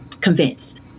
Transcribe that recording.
convinced